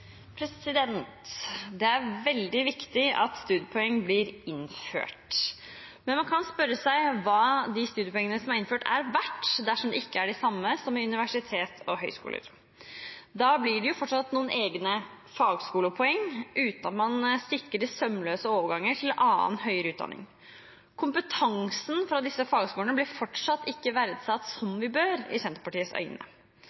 veldig viktig at studiepoeng blir innført. Men man kan spørre seg hva de studiepoengene som er innført, er verdt dersom det ikke er de samme som ved universiteter og høyskoler. Da blir det jo fortsatt noen egne fagskolepoeng, uten at man sikrer sømløse overganger til annen høyere utdanning. Kompetansen fra disse fagskolene blir fortsatt ikke verdsatt